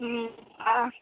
आं